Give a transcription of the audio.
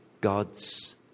God's